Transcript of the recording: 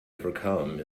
overcome